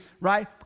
right